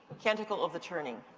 canticle of the turning.